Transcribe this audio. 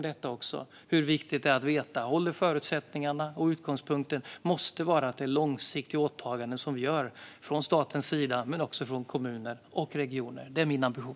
Det är viktigt att veta om förutsättningarna håller. Utgångspunkten måste vara att det är långsiktiga åtaganden från statens sida men också från kommuner och regioner. Det är min ambition.